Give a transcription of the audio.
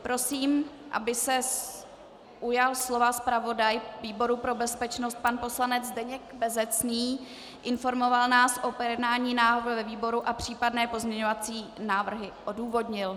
Prosím, aby se slova ujal zpravodaj výboru pro bezpečnost pan poslanec Zdeněk Bezecný, informoval nás o projednání návrhu ve výboru a případné pozměňovací návrhy odůvodnil.